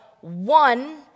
one